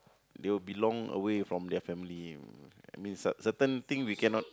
they will be long away from their family I mean sir certain things we cannot